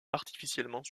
artificiellement